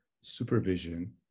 supervision